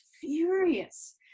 furious